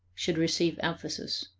should receive emphasis.